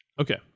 Okay